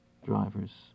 drivers